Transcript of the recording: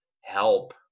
help